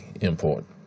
important